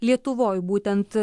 lietuvoje būtent